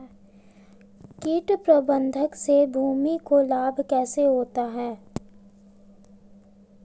कीट प्रबंधन से भूमि को लाभ कैसे होता है?